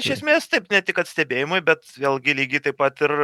iš esmės taip ne tik kad stebėjimui bet vėlgi lygiai taip pat ir